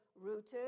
rooted